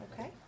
Okay